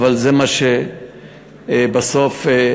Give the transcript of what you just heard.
אבל זה מה שהושג בסוף.